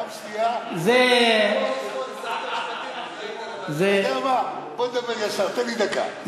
אתה יודע מה, בוא נדבר ישר: תן לי דקה.